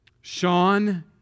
Sean